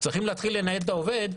צריכים להתחיל לנהל את העובד,